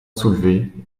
soulevé